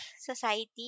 society